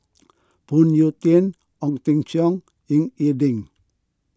Phoon Yew Tien Ong Teng Cheong Ying E Ding